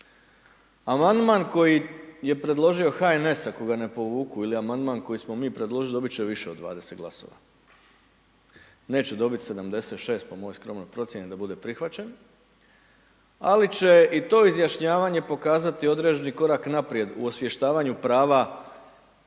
Amandman koji je predložio HNS ako ga ne povuku ili amandman koji smo mi predložili dobit će više od 20 glasova, neće dobit 76 po mojoj skromnoj procjeni da bude prihvaćen, ali će i to izjašnjavanje pokazati određeni korak naprijed u osvještavanju prava